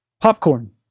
Popcorn